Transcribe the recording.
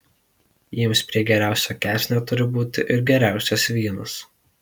jiems prie geriausio kepsnio turi būti ir geriausias vynas